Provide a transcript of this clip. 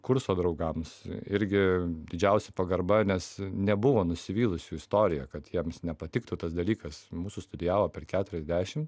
kurso draugams irgi didžiausia pagarba nes nebuvo nusivylusių istorija kad jiems nepatiktų tas dalykas mūsų studijavo per keturiasdešimt